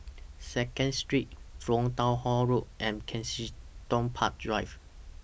Second Street Jurong Town Hall Road and Kensington Park Drive